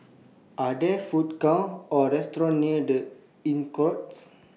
Are There Food Courts Or restaurants near The Inncrowd